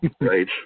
Right